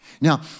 Now